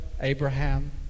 Abraham